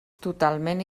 totalment